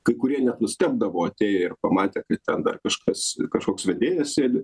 kai kurie net nustebdavo atėję ir pamatę kaip ten dar kažkas kažkoks vedėjas sėdi